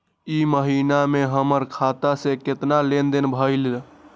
ई महीना में हमर खाता से केतना लेनदेन भेलइ?